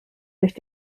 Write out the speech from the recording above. durch